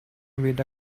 with